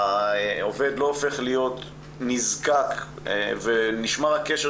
העובד לא הופך להיות נזקק ונשמר הקשר